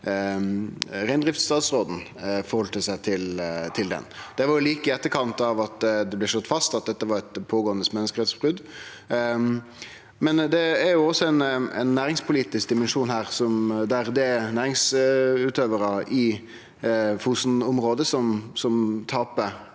reindriftsstatsråden forheldt seg til dommen. Det var like i etterkant av at det blei slått fast at dette var eit pågåande menneskerettsbrot. Det er også ein næringspolitisk dimensjon her, der det er næringsutøvarar i Fosen-området som taper,